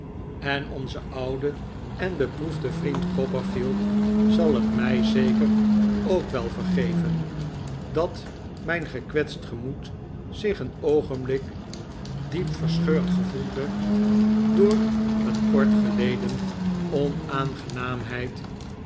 en onze oude en beproefde vriend een inval van mijnheer micawber copperfield zal het mij zeker ook wel vergeven dat mijn gekwetst gemoed zich een oogenblik diep verscheurd gevoelde door een kort geleden onaangenaamheid